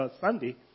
Sunday